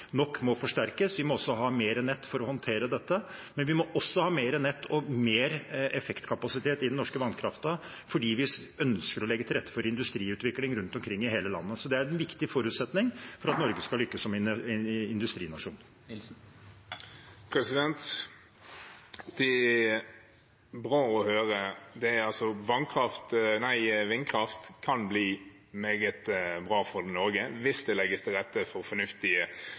nok må forsterkes. Vi må også ha mer nett for å håndtere dette, og vi må også ha mer nett og mer effektkapasitet i den norske vannkraften fordi vi ønsker å legge til rette for industriutvikling rundt omkring i hele landet. Det er en viktig forutsetning for at Norge skal lykkes som industrinasjon. Marius Arion Nilsen – til oppfølgingsspørsmål. Det er bra å høre. Vindkraft kan bli meget bra for Norge hvis det legges til rette for fornuftige